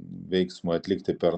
veiksmui atlikti per